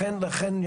לכן,